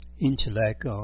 intellect